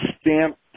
stamp